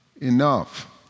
enough